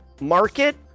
market